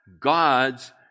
God's